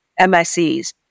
MSCs